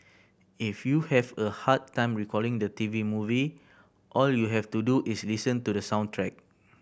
if you have a hard time recalling the T V movie all you have to do is listen to the soundtrack